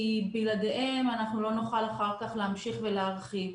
כי בלעדיהם אנחנו לא נוכל אחר כך להמשיך ולהרחיב.